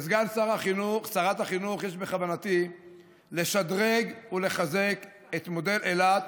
כסגן שרת החינוך יש בכוונתי לשדרג ולחזק את מודל אילת